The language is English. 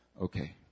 Okay